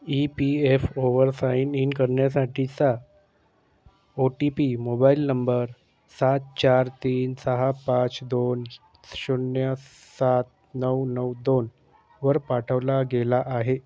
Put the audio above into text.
E P F over sign in करण्यासाठीचा O T P mobile number सात चार तीन सहा पाच दोन शून्य सात नऊ नऊ दोन वर पाठवला गेला आहे